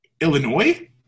Illinois